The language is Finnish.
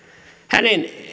hänen